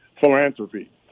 philanthropy